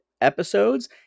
episodes